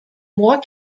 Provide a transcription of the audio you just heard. more